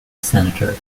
senators